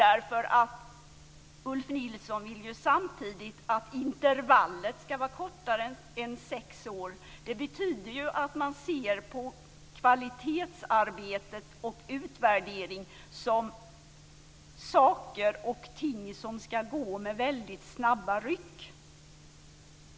Ulf Nilsson vill ju samtidigt att intervallet ska vara kortare än sex år. Det betyder att man ser på kvalitetsarbete och utvärdering som saker och ting som ska gå med väldigt snabba ryck.